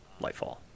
Lightfall